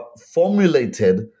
formulated